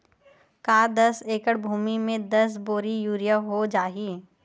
का दस एकड़ भुमि में दस बोरी यूरिया हो जाही?